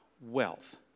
wealth